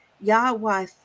Yahweh